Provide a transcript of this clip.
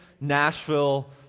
Nashville